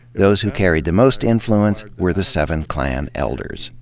those who carried the most influence were the seven clan elders,